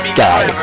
guy